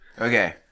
okay